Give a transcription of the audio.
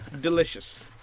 Delicious